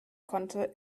konnte